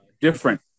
different